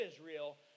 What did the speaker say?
Israel